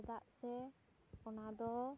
ᱪᱮᱫᱟᱜ ᱥᱮ ᱚᱱᱟ ᱫᱚ